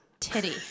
Titty